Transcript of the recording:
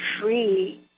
free